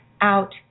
out